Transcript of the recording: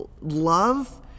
love